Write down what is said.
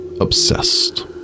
obsessed